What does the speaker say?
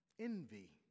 envy